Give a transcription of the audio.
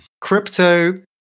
Crypto